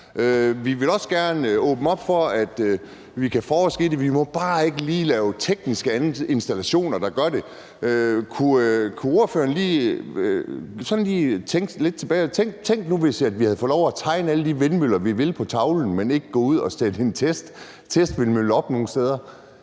Vi vil også gerne åbne op for, at vi kan forske i det. Vi må bare ikke lige lave tekniske installationer, der gør det. Kunne ordføreren sådan lige tænke lidt tilbage? Tænk nu, hvis vi havde fået lov at tegne alle de vindmøller, vi ville, på tavlen, men ikke at gå ud og sætte en testvindmølle op nogen steder.